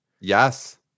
Yes